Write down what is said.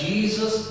Jesus